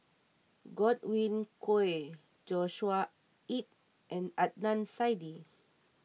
Godwin Koay Joshua Ip and Adnan Saidi